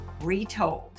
retold